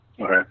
Okay